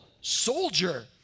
soldier